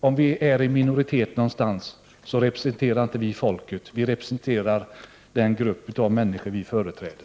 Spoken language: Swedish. Om vi är i minoritet någonstans representerar vi inte folket, utan vi representerar den grupp av människor vi företräder.